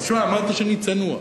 תשמע, אמרתי שאני צנוע.